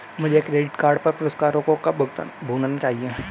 मुझे credit card पर पुरस्कारों को कब भुनाना चाहिए?